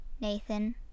Nathan